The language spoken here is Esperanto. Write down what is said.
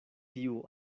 tiu